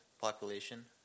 population